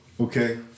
Okay